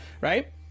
Right